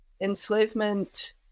enslavement